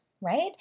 right